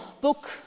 book